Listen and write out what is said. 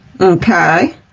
okay